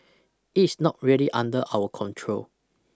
it's not really under our control